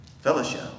Fellowship